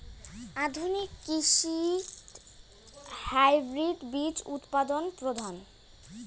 আধুনিক কৃষিত হাইব্রিড বীজ উৎপাদন প্রধান